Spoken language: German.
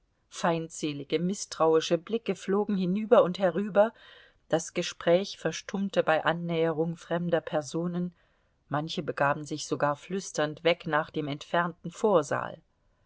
feindselige mißtrauische blicke flogen hinüber und herüber das gespräch verstummte bei annäherung fremder personen manche begaben sich sogar flüsternd weg nach dem entfernten vorsaal